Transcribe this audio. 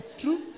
True